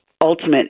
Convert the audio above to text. ultimate